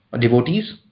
devotees